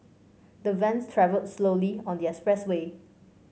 the vans travelled slowly on the expressway